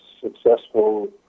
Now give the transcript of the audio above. successful